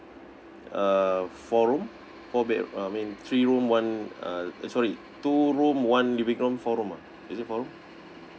uh four room four bed uh I mean three room one uh eh sorry two room one living room four room ah is it four room